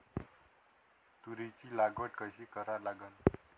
तुरीची लागवड कशी करा लागन?